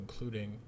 including